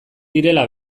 direla